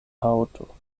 haŭto